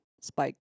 Spike